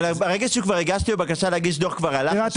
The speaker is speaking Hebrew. אבל ברגע שכבר הגשתי בקשה להגיש דוח כבר עלה חשד.